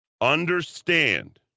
Understand